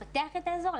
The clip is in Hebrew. לפתח את האזור,